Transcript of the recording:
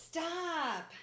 Stop